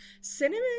cinnamon